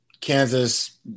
Kansas